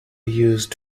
used